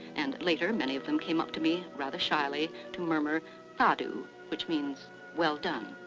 and later many of them came up to me rather shyly to murmur sadhu, which means well done.